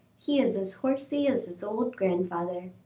he is as horsey as his old grandfather.